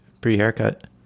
pre-haircut